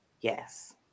yes